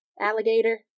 alligator